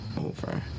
over